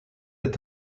est